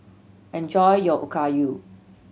enjoy your Okayu